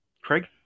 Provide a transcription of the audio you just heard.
Craig